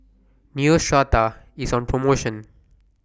Neostrata IS on promotion